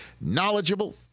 knowledgeable